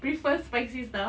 prefers spicy stuff